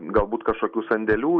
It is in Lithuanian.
galbūt kažkokių sandėlių